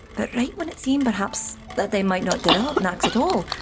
but right when it seemed perhaps, that they might not develop knacks at all,